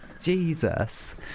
Jesus